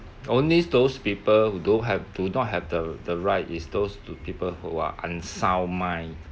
only those people who don't have do not have the the right is those to people who are unsound mind